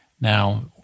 Now